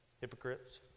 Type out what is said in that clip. hypocrites